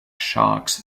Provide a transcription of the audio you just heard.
sharks